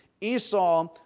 Esau